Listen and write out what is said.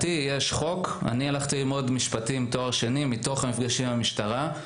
אני הלכתי ללמוד תואר שני במשפטים בגלל המפגשים עם המשטרה,